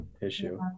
issue